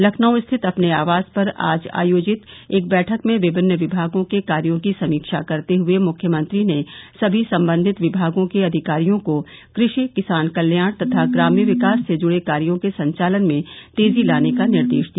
लखनऊ स्थित अपने आवास पर आज आयोजित एक बैठक में विभिन्न विभागों के कार्यों की समीक्षा करते हुये मुख्यमंत्री ने समी सम्बन्धित विभागों के अधिकारियों को कृषि किसान कल्याण तथा ग्राम्य विकास से जुड़े कार्यो के संचालन में तेजी लाने का निर्देश दिया